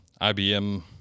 IBM